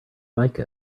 like